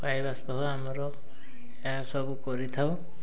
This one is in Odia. ଆମର ଏହା ସବୁ କରିଥାଉ